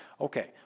Okay